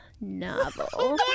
novel